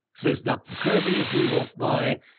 says doctor kirby, as we walked by,